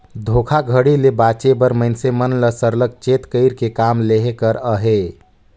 धोखाघड़ी ले बाचे बर मइनसे मन ल सरलग चेत कइर के काम लेहे कर अहे